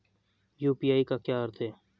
UPI का क्या अर्थ है?